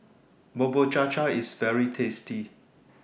Bubur Cha Cha IS very tasty